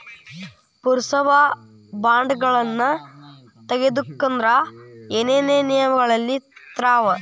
ಪುರಸಭಾ ಬಾಂಡ್ಗಳನ್ನ ತಗೊಬೇಕಂದ್ರ ಏನೇನ ನಿಯಮಗಳಿರ್ತಾವ?